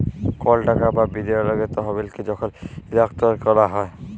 call টাকা বা বিলিয়গের তহবিলকে যখল ইস্থালাল্তর ক্যরা হ্যয়